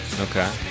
Okay